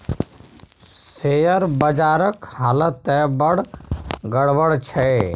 share बजारक हालत त बड़ गड़बड़ छै